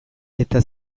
eta